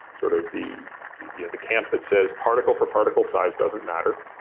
sort of the yeah the camp that says particle for particle size doesn't matter,